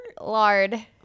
Lard